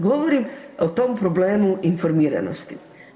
Govorim o tom problemu informiranosti.